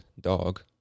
dog